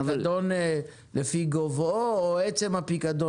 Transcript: פיקדון לפי גובהו או עצם הפיקדון?